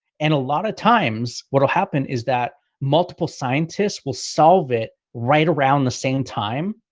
and a lot of times, what will happen is that multiple scientists will solve it right around the same time.